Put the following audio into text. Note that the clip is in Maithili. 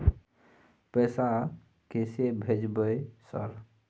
पैसा कैसे भेज भाई सर?